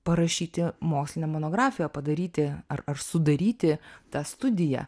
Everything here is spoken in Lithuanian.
parašyti mokslinę monografiją padaryti ar ar sudaryti tą studiją